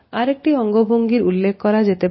আরেকটি অঙ্গভঙ্গির উল্লেখ করা যেতে পারে